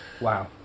Wow